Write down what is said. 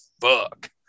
fuck